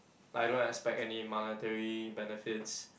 like I don't expect any monetary benefits